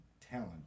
talent